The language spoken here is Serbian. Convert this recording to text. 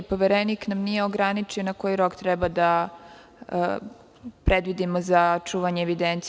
Poverenik nam nije ograničio na koji rok treba da predvidimo za čuvanje evidencije.